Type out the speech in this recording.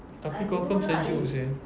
tapi confirm sejuk seh